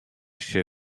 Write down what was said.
się